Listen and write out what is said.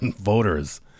voters